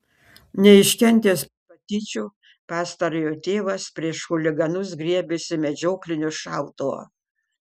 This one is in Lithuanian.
neiškentęs patyčių pastarojo tėvas prieš chuliganus griebėsi medžioklinio šautuvo